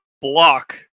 block